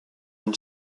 une